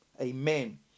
Amen